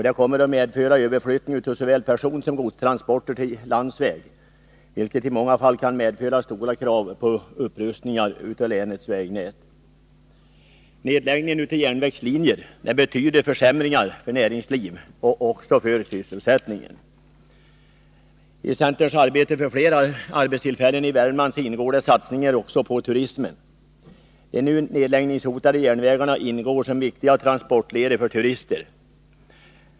Det kommer att medföra överflyttning av såväl personsom godstransporter till landsväg, vilket i många fall kan medföra stora krav på upprustningar av länets vägnät. Nedläggning av järnvägslinjer betyder försämringar för näringsliv och sysselsättning. I centerns arbete för fler arbetstillfällen i Värmland ingår satsningar också på turismen. De nu nedläggningshotade järnvägarna är viktiga transportleder för turister.